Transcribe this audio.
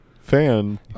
fan